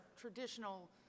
traditional